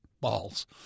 balls